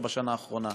בשנה האחרונה.